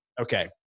okay